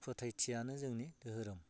फोथायथियानो जोंनि धोरोम